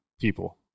people